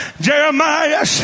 Jeremiah